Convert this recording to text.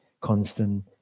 constant